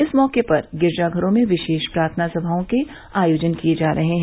इस मौके पर गिरिजाघरो में विशेष प्रार्थना सभाओं के आयोजन किए जा रहे हैं